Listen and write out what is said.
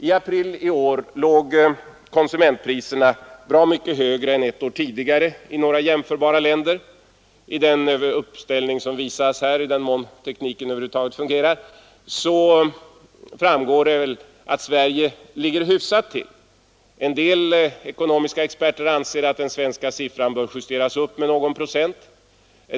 I april i år låg konsumentpriserna bra mycket högre än ett år tidigare i några jämförbara länder, vilket framgår av följande tabell: Man finner av tabellen att Sverige låg hyfsat till. En del ekonomiska experter anser att den svenska siffran bör justeras upp med någon procent.